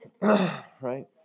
Right